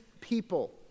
people